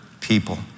people